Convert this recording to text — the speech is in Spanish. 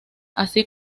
así